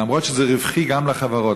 אף שזה רווחי גם לחברות.